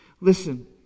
listen